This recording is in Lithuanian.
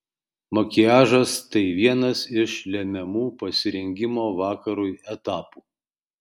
makiažas tai vienas iš lemiamų pasirengimo vakarui etapų